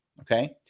okay